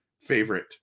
favorite